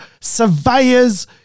surveyors